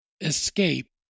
escape